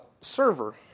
server